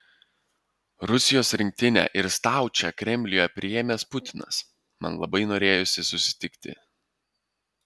rusijos rinktinę ir staučę kremliuje priėmęs putinas man labai norėjosi susitikti